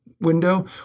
window